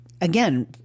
again